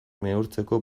neurtzeko